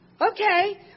okay